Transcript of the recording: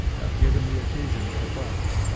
have given me occasion for thought.